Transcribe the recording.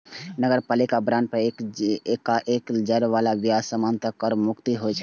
नगरपालिका बांड पर चुकाएल जाए बला ब्याज सामान्यतः कर मुक्त होइ छै